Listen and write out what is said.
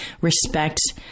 respect